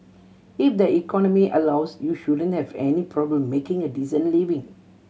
if the economy allows you shouldn't have any problem making a decent living